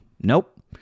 Nope